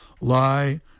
lie